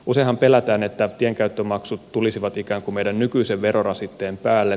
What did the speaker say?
useinhan pelätään että tienkäyttömaksut tulisivat ikään kuin meidän nykyisen verorasitteemme päälle